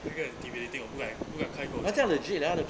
那个 debilating on who I'm 开口糟糕